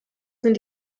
sind